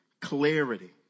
clarity